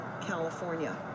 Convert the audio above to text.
California